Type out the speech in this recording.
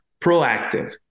proactive